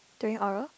during oral